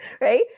right